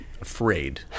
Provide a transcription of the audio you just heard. afraid